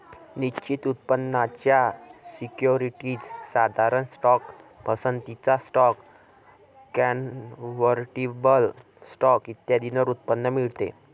निश्चित उत्पन्नाच्या सिक्युरिटीज, साधारण स्टॉक, पसंतीचा स्टॉक, कन्व्हर्टिबल स्टॉक इत्यादींवर उत्पन्न मिळते